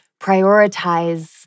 prioritize